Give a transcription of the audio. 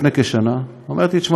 היא מתקשרת אלי לפני כשנה ואומרת: שמע,